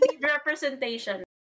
representation